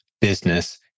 business